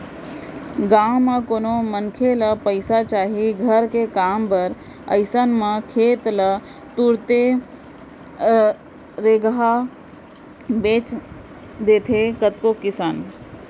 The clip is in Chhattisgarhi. गाँव म कोनो मनसे ल पइसा चाही घर के काम बर अइसन म खेत ल तुरते रेगहा बेंच देथे कतको किसान